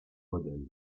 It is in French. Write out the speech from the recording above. modèle